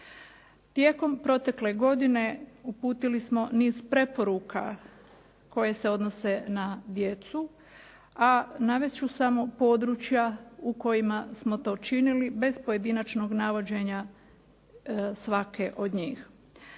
Tijekom protekle godine uputili smo niz preporuka koje se odnose na djecu a navesti ću samo područja u kojima smo to činili bez pojedinačnog navođenja svake od njih.